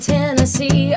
Tennessee